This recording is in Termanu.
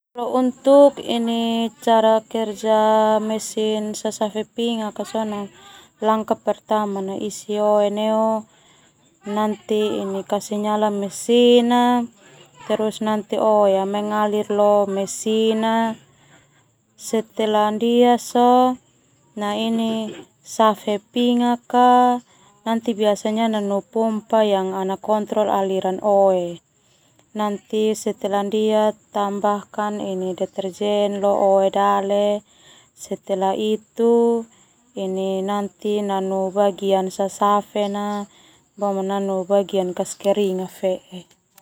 Untuk cara kerja mesin sasafe pingak ka sona isi oe neu kasih nyala mesin na oe mengalir lo mesin na setelah ndia sona safe pingak, nanti biasanya nanu pompa untuk ana kontrol oe basa, nani setelah ndia sona tambahkan deterjen lo oe dale ho safe leo.